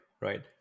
right